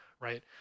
Right